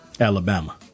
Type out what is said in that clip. Alabama